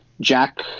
Jack